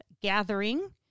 gathering